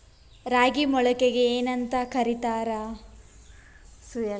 ರಾಗಿ ಮೊಳಕೆಗೆ ಏನ್ಯಾಂತ ಕರಿತಾರ?